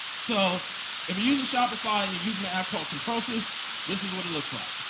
so if you're using shopify and you're using the app called simprosys, this is what it looks like.